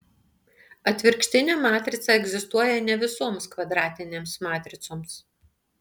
atvirkštinė matrica egzistuoja ne visoms kvadratinėms matricoms